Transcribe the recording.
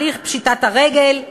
הליך פשיטת הרגל,